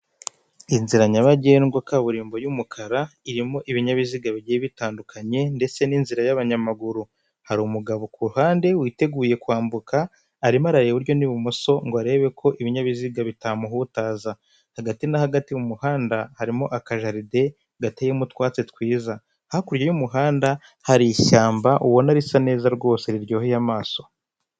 Inzira nyabagendwa kaburimbo y'umukara irimo ibinyabiziga bigiye bitandukanye ndetse n'inzira y'abanyamaguru hari umugabo ku ruhande witeguye kwambuka arimo arareba iburyo n'ibumoso ngo arebe ko ibinyabiziga bitamuhutaza, hagati na hagati mu muhanda harimo akajaride gateyemo utwatsi twiza, hakurya y'umuhanda hari ishyamba ubona risa neza rwose riryoheye amaso.